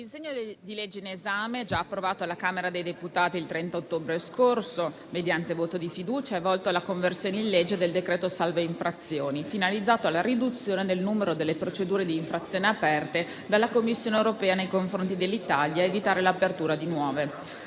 il disegno di legge in esame, già approvato dalla Camera dei deputati il 30 ottobre scorso mediante voto di fiducia, è volto alla conversione in legge del decreto salva-infrazioni, finalizzato alla riduzione del numero delle procedure di infrazione aperte dalla Commissione europea nei confronti dell'Italia e ad evitare l'apertura di nuove.